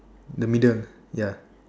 the middle ya